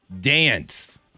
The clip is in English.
dance